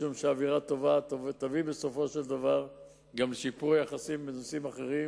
משום שאווירה טובה תביא בסופו של דבר גם לשיפור היחסים בנושאים אחרים,